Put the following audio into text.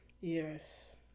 Yes